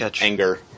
anger